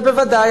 ובוודאי,